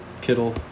Kittle